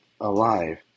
alive